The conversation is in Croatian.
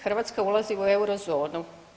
Hrvatska ulazi u euro zonu.